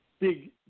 big